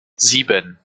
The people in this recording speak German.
sieben